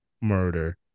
murder